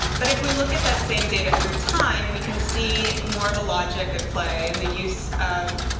but if we look at that same data through time, we can see more of a logic at play in the use of